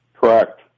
Correct